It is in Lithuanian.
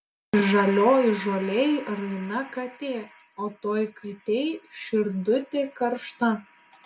žalioj žolėj raina katė o toj katėj širdutė karšta